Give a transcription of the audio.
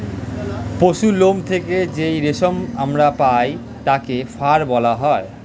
পশুর লোম থেকে যেই রেশম আমরা পাই তাকে ফার বলা হয়